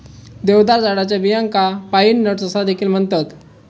देवदार झाडाच्या बियांका पाईन नट्स असा देखील म्हणतत